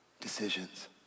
decisions